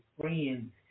friends